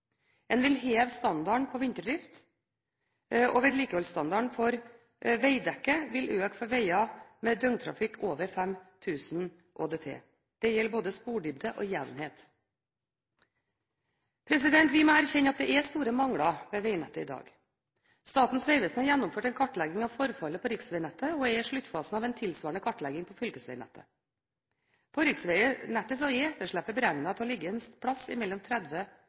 En vil heve standarden på vinterdrift, og vedlikeholdsstandarden for vegdekket vil øke for veier med døgntrafikk over 5 000 ÅDT. Det gjelder både spordybde og jevnhet. Vi må erkjenne at det er store mangler ved vegnettet i dag. Statens vegvesen har gjennomført en kartlegging av forfallet på riksvegnettet og er i sluttfasen av en tilsvarende kartlegging av fylkesvegnettet. På riksvegnettet er etterslepet beregnet til å ligge et sted mellom 30